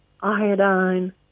iodine